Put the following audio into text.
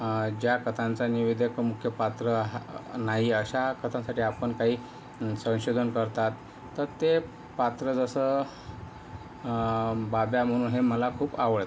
ज्या कथांचा निवेदक मुख्य पात्र आहा नाही अशा कथांसाठी आपण काही संशोधन करतात तर ते पात्र जसं बाब्या म्हणून हे मला खूप आवडते